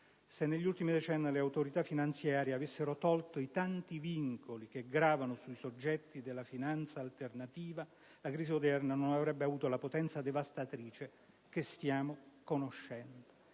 Se negli ultimi decenni le autorità finanziarie avessero tolto i tanti vincoli che gravano sui soggetti della finanza alternativa, la crisi odierna non avrebbe avuto la potenza devastatrice che stiamo conoscendo.